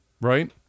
Right